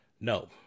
No